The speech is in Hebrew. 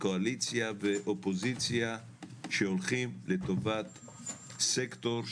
קואליציה ואופוזיציה שהולכים לטובת סקטור,